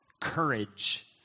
courage